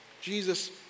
Jesus